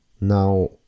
Now